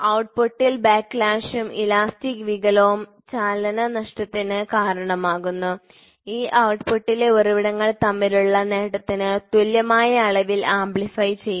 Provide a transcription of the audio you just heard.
ഔട്ട്പുട്ടിൽ ബാക്ക്ലാഷും ഇലാസ്റ്റിക് വികലവും ചലനനഷ്ടത്തിന് കാരണമാകുന്നു ഇത് ഔട്ട്പുട്ടിലെ ഉറവിടങ്ങൾ തമ്മിലുള്ള നേട്ടത്തിന് തുല്യമായ അളവിൽ ആംപ്ലിഫൈ ചെയ്യും